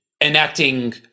enacting